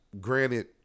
granted